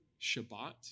Shabbat